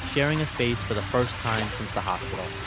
sharing a space for the first time since the hospital.